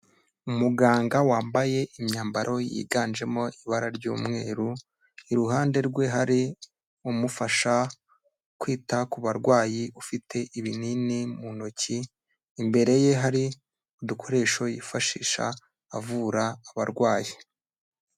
Umuganga wambaye imyambaro yiganjemo ibara ry'umweru, iruhande rwe hari umufasha kwita ku barwayi ufite ibinini mu ntoki, imbere ye hari udukoresho yifashisha avura abarwayi.